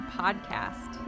podcast